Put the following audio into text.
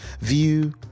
view